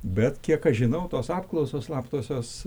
bet kiek aš žinau tos apklausos slaptosios